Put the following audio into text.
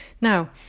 Now